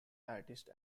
artists